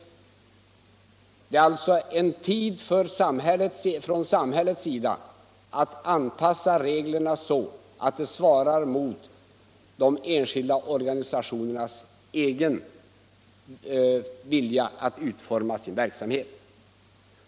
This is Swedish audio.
Det gäller alltså en tid som samhället har till att anpassa reglerna så att de svarar mot de enskilda organisationernas egen vilja att utforma sin verksamhet.